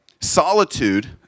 Solitude